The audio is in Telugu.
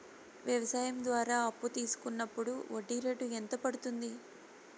వ్యవసాయం ద్వారా అప్పు తీసుకున్నప్పుడు వడ్డీ రేటు ఎంత పడ్తుంది